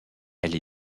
elle